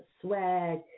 swag